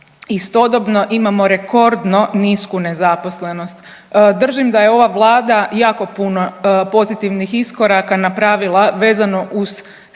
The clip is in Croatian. Istodobno imamo rekordno nisku nezaposlenost. Držim da je ova vlada jako puno pozitivnih iskoraka napravila vezano uz stabilnost